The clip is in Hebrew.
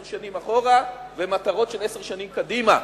שנים אחורה ומטרות של עשר שנים קדימה.